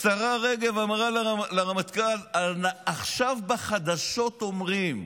השרה רגב אמרה לרמטכ"ל: עכשיו בחדשות אומרים,